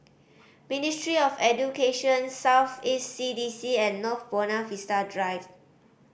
Ministry of Education South East C D C and North Buona Vista Drive